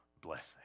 blessing